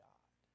God